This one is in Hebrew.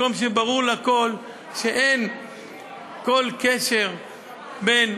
מקום שברור לכול שאין כל קשר בין